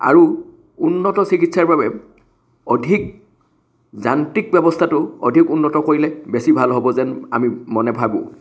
আৰু উন্নত চিকিৎসাৰ বাবে অধিক যান্ত্ৰিক ব্যৱস্থাটো অধিক উন্নত কৰিলে বেছি ভাল হ'ব যেন আমি মনে ভাবোঁ